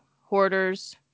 Hoarders